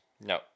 No